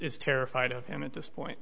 is terrified of him at this point